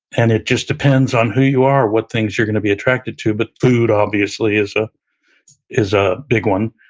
and it just depends on who you are or what things you're gonna be attracted to, but food, obviously, is ah is a big one.